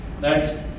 Next